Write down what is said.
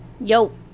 Yo